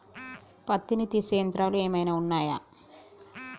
పత్తిని తీసే యంత్రాలు ఏమైనా ఉన్నయా?